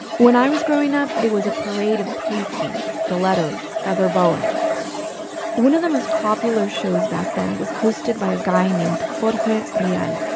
when i was growing up, it was a parade of pasties, stilettos, feather boas one of the most popular shows back then was hosted by a guy named jorge rial. but yeah and